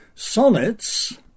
Sonnets